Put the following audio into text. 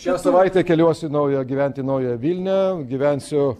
šią savaitę keliuosi naujo gyventi į naująją vilnią gyvensiu